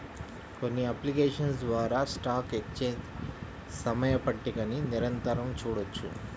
కొన్ని అప్లికేషన్స్ ద్వారా stock exchange సమయ పట్టికని నిరంతరం చూడొచ్చు